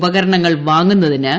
ഉപകരണങ്ങൾ വാങ്ങുന്നതിന് ഡി